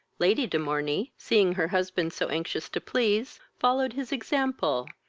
lady de morney, seeing her husband so anxious to please, followed his example,